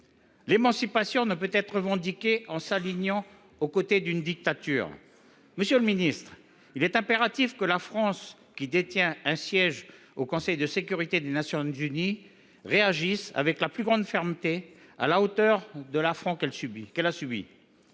L’émancipation ne peut être revendiquée en s’alignant sur les initiatives d’une dictature et en cheminant à ses côtés ! Monsieur le ministre, il est impératif que la France, qui détient un siège au Conseil de sécurité des Nations unies, réagisse avec la plus grande fermeté, à la hauteur de l’affront qu’elle a subi.